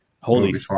Holy